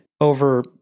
over